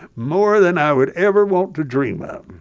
more than i would ever want to dream of.